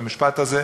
במשפט הזה,